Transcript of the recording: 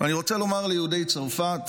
ואני רוצה לומר ליהודי צרפת,